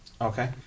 Okay